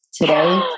Today